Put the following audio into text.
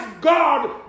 God